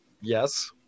Yes